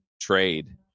trade